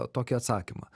tokį atsakymą